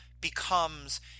becomes